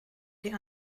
die